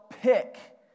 Pick